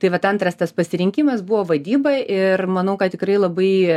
tai vat antras tas pasirinkimas buvo vadyba ir manau kad tikrai labai